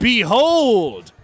Behold